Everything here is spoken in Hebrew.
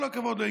כל הכבוד לו,